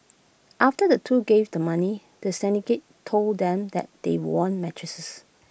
after the two gave the money the syndicate told them that they won mattresses